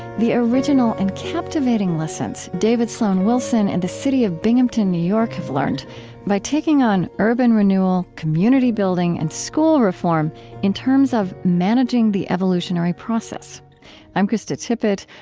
the original and captivating lessons david sloan wilson and the city of binghamton, new york have learned by taking on urban renewal, community building, and school reform in terms of managing the evolutionary process i'm krista tippett.